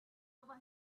over